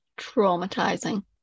traumatizing